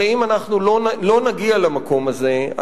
הרי אם לא נגיע למקום הזה,